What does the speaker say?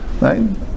right